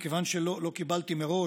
מכיוון שלא קיבלתי מראש,